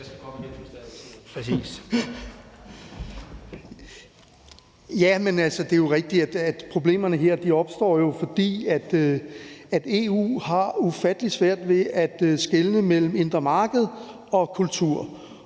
(EL): Det er jo rigtigt, at problemerne her opstår, fordi EU har ufattelig svært ved at skelne mellem indre marked og kultur